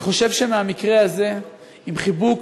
אני חושב שמהמקרה הזה, עם חיבוק